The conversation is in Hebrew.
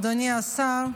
אדוני השר,